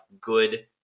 good